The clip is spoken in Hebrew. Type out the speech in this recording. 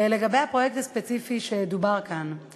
לגבי הפרויקט הספציפי שדובר בו כאן,